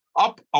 up